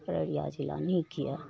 अररिया जिला नीक यऽ